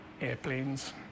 airplanes